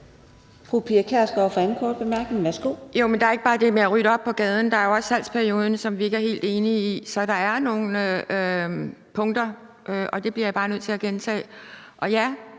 der er ikke bare det med at rydde op på gaden; der er jo også salgsperioden, som vi ikke er helt enige om. Så der er nogle punkter, og det bliver jeg bare nødt til at gentage,